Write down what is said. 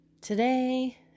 today